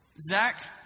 Zach